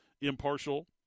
impartial